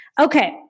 Okay